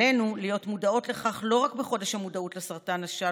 עלינו להיות מודעות לכך לא רק בחודש המודעות לסרטן השד,